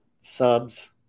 subs